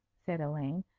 said elaine.